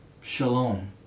Shalom